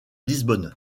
lisbonne